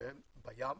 והן בים,